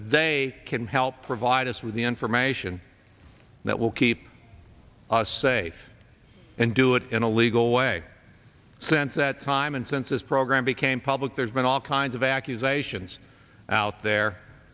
they can help provide us with the information that will keep us safe and do it in a legal way sense that time and since this program became public there's been all kinds of accusations out there